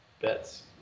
bets